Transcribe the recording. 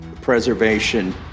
preservation